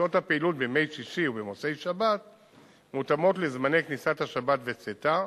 שעות הפעילות בימי שישי ובמוצאי-שבת מותאמות לזמני כניסת השבת וצאתה.